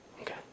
Okay